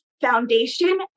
foundation